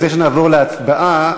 לפני שנעבור להצבעה,